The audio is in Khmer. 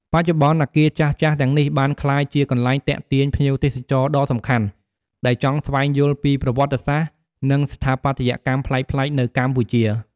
បច្ចុប្បន្ន អគារចាស់ៗទាំងនេះបានក្លាយជាកន្លែងទាក់ទាញភ្ញៀវទេសចរដ៏សំខាន់ ដែលចង់ស្វែងយល់ពីប្រវត្តិសាស្ត្រ និងស្ថាបត្យកម្មប្លែកៗនៅកម្ពុជា។